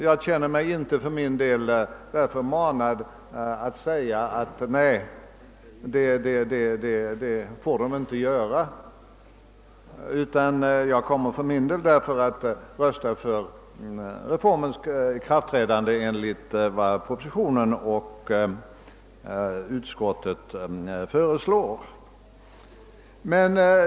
Jag känner mig för min del inte manad att säga att de inte bör ta ställning på det sätt som de har gjort, och jag kommer därför att rösta för reformens ikraftträdande enligt vad som föreslås i propositionen och utlåtandet.